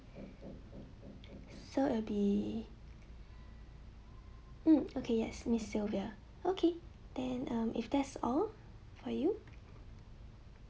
so it will be hmm okay yes miss sylvia okay then um if that's all for you